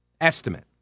estimate